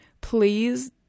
please